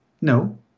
no